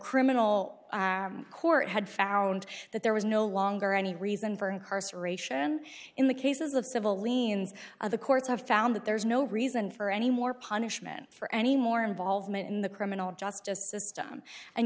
criminal court had found that there was no longer any reason for incarceration in the cases of civil liens of the courts have found that there's no reason for any more punishment for any more involvement in the criminal justice system and